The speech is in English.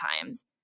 times